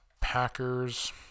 Packers